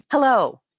Hello